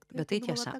bet tai tiesa